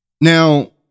Now